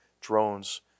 drones